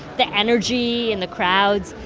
the energy and the crowds.